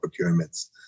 procurements